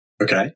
Okay